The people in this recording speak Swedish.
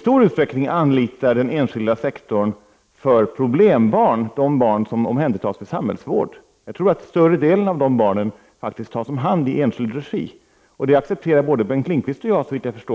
stor utsträckning anlitar den enskilda sektorn för problembarn som omhändertas för samhällsvård. Jag tror att faktiskt större delen av de barnen tas om hand i enskild regi, och det accepterar såvitt jag förstår Bengt Lindqvist.